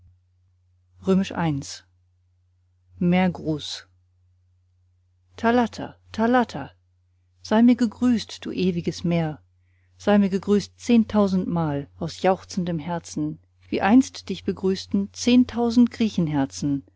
thalatta thalatta sei mir gegrüßt du ewiges meer sei mir gegrüßt zehntausendmal aus jauchzendem herzen wie einst dich begrüßten zehntausend